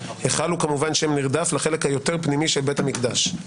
היכל הוא כמובן שם נרדף לחלק היותר פנימי של בית המקדש.